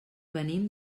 venim